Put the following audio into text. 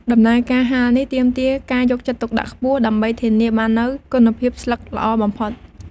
ដំណើរការហាលនេះទាមទារការយកចិត្តទុកដាក់ខ្ពស់ ដើម្បីធានាបាននូវគុណភាពស្លឹកល្អបំផុត។